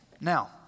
Now